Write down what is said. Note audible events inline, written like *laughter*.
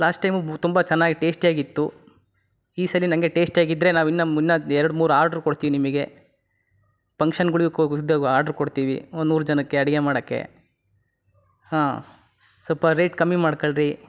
last time ತುಂಬ ಚೆನ್ನಾಗಿ ಟೇಸ್ಟಿಯಾಗಿತ್ತು ಈ ಸಾರಿನೂ ಹಾಗೆ ಟೇಸ್ಟಿಯಾಗಿದ್ದರೆ ನಾವು ಇನ್ನೂ ಮುನ್ನ ಎರಡು ಮೂರು ಆರ್ಡ್ರು ಕೊಡ್ತೀವಿ ನಿಮಗೆ ಪಂಕ್ಷನ್ಗಳು *unintelligible* ಇದ್ದಾಗ ಆರ್ಡ್ರು ಕೊಡ್ತೀವಿ ಒಂದು ನೂರು ಜನಕ್ಕೆ ಅಡಿಗೆ ಮಾಡೋಕ್ಕೆ ಹಾಂ ಸ್ವಲ್ಪ ರೇಟ್ ಕಮ್ಮಿ ಮಾಡ್ಕೊಳ್ರಿ